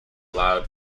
loud